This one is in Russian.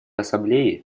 ассамблеи